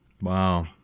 Wow